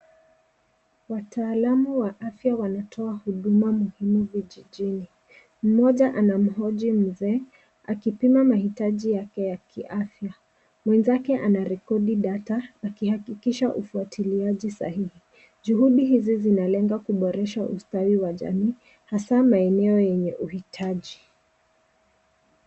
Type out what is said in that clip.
Wataalamu wa afya wanatoa huduma muhimu vijijini. Mmoja anamhoji mzee, akipima mahitaji yake ya kiafya. Mwenzake anarekodi data akihakikisha ufuatiliaji sahihi. Juhudi hizi zinalenga kuboresha ustawi wa jamii, hasa maeneo yenye uhitaji.